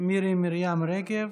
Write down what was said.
מירי מרים רגב.